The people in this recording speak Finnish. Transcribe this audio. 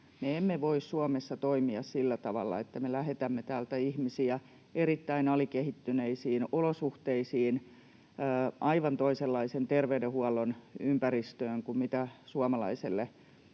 emme voi Suomessa toimia sillä tavalla, että me lähetämme täältä ihmisiä erittäin alikehittyneisiin olosuhteisiin aivan toisenlaisen terveydenhuollon ympäristöön kuin mihin suomalainen